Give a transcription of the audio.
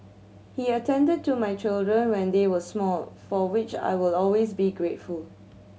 he attended to my children when they were small for which I will always be grateful